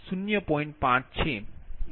5 છે